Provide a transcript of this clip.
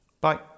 Bye